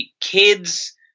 kids